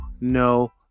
no